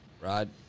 Rod